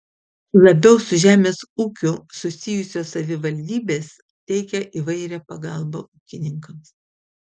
labiau su žemės ūkiu susijusios savivaldybės teikia įvairią pagalbą ūkininkams